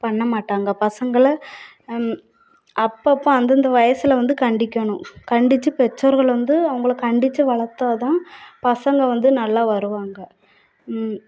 பண்ண மாட்டாங்கள் பசங்களை அம் அப்பப்போ அந்தந்த வயசில் வந்து கண்டிக்கணும் கண்டிச்சு பெற்றோர்கள் வந்து அவங்கள கண்டிச்சு வளர்த்தா தான் பசங்கள் வந்து நல்லா வருவாங்க